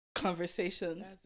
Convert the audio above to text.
Conversations